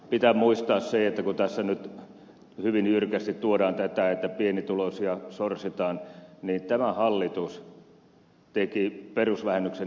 pitää muistaa se kun tässä nyt hyvin jyrkästi tuodaan tätä että pienituloisia sorsitaan että tämä hallitus teki perusvähennyksen nostamisen